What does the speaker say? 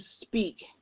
speak